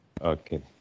Okay